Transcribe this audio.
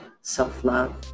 self-love